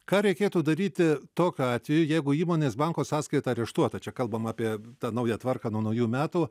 ką reikėtų daryti tokiu atveju jeigu įmonės banko sąskaita areštuota čia kalbam apie tą naują tvarką nuo naujų metų